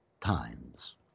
times